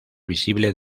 visible